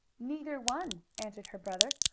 neither one, answered her brother.